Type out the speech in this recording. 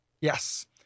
yes